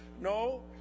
No